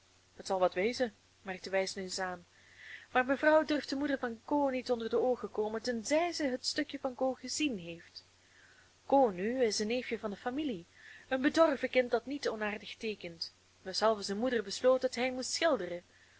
het zal wat wezen merkt de wijsneus aan maar mevrouw durft de moeder van ko niet onder de oogen komen tenzij ze het stukje van ko gezien heeft ko nu is een neefje van de familie een bedorven kind dat niet onaardig teekent weshalve zijn moeder besloot dat hij moest schilderen